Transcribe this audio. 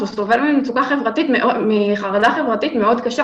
הוא סובל מחרדה חברתית קשה מאוד.